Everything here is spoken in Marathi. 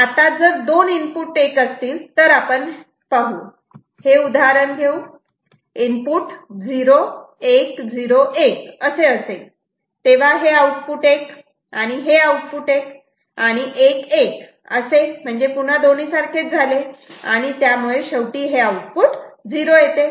आता जर दोन इनपुट 1 असतील तर आपण हे उदाहरण घेऊ इनपुट 0101 असे असेल तेव्हा हे आउटपुट 1 आणि हे आउटपुट 1 आणि 1 1 असे हे पुन्हा दोन्ही सारखेच झाले आणि त्यामुळे शेवटी आउटपुट 0 येते